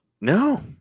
No